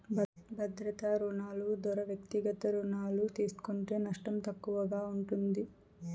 భద్రతా రుణాలు దోరా వ్యక్తిగత రుణాలు తీస్కుంటే నష్టం తక్కువగా ఉంటుంది